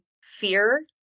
fear